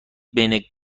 بین